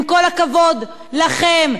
עם כל הכבוד לכם,